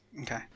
okay